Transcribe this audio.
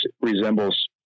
resembles